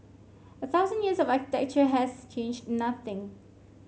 a thousand years of architecture has changed nothing